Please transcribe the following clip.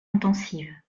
intensive